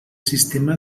sistema